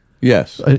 Yes